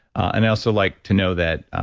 and i also like to know that,